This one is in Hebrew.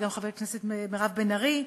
וגם חברת הכנסת מירב בן ארי,